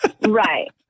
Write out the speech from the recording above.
Right